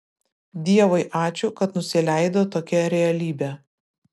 dievui ačiū kad nusileido tokia realybė